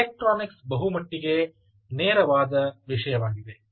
electronics ಬಹುಮಟ್ಟಿಗೆ ನೇರವಾದ ವಿಷಯವಾಗಿದೆ